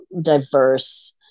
diverse